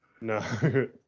No